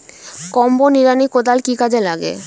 Combo নিড়ানি কোদাল কি কাজে লাগে?